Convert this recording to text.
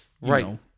Right